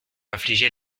infliger